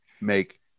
make